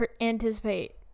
anticipate